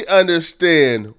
understand